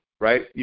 right